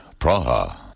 Praha